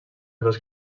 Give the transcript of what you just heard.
dos